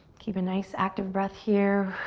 keep a nice, active breath here.